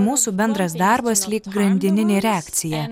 mūsų bendras darbas lyg grandininė reakcija